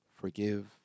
forgive